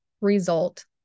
result